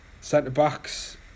centre-backs